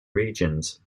regions